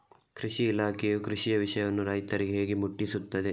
ಕೃಷಿ ಇಲಾಖೆಯು ಕೃಷಿಯ ವಿಷಯವನ್ನು ರೈತರಿಗೆ ಹೇಗೆ ಮುಟ್ಟಿಸ್ತದೆ?